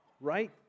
right